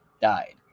died